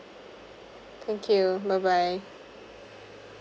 thank you bye bye